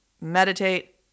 meditate